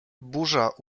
burza